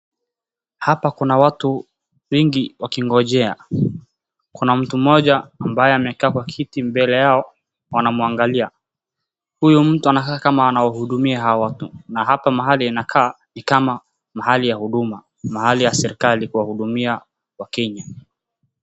Hapa kuna watu wengi wakingojea. Kuna watu wengi wakikaa mbele ya kiti wanamwangalia huyu mtu anakaa ni kama anawahudumia hawa watu na hapa mahali inakaa ni kama ni mahali ya hudum, mahali ya serekali kuwahudumia wakenya.